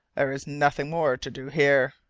there is nothing more to do here.